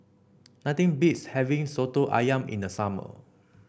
nothing beats having soto ayam in the summer